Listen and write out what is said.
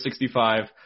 65